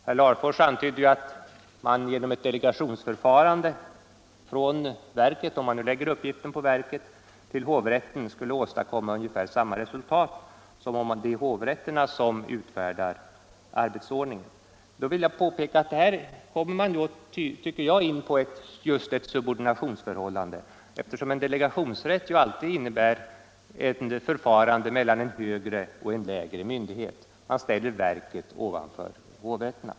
Herr Larfors antydde att man genom ett delegationsförfarande från verket — om man nu lägger uppgiften på verket — till hovrätten skulle uppnå ungefär samma resultat som om hovrätterna utfärdar arbetsordningen. Då vill jag påpeka att man här kommer in på ett subordinationsförhållande, eftersom en delegationsrätt alltid innebär ett förfarande mellan en högre och en lägre myndighet; man ställer alltså verket ovanför hovrätterna.